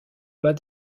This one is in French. pas